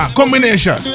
combination